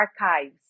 archives